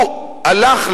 הוא הלך,